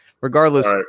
regardless